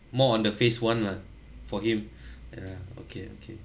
more on the phase one lah for him ya okay okay